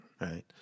Right